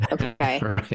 okay